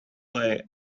play